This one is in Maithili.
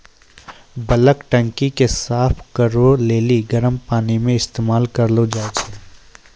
बल्क टंकी के साफ करै लेली गरम पानी के इस्तेमाल करलो जाय छै